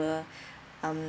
were um